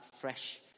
fresh